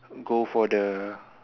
go for the